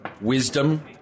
wisdom